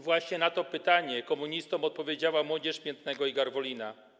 Właśnie na to pytanie komunistom odpowiedziała młodzież Miętnego i Garwolina.